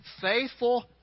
faithful